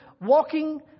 walking